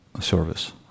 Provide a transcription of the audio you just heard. service